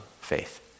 faith